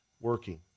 working